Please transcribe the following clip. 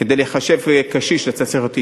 כדי להיחשב קשיש אתה צריך להיות,